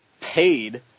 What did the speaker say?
paid